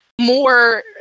more